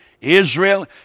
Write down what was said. Israel